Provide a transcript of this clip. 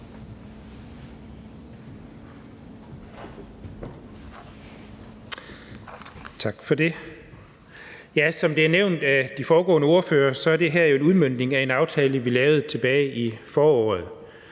Tak for det. Som det er nævnt af de foregående ordførere, er det her jo en udmøntning af en aftale, vi lavede tilbage i foråret.